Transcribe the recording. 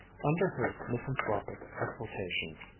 under her misanthropic exultation,